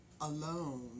alone